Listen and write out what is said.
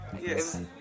Yes